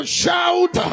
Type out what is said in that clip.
shout